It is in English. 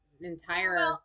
entire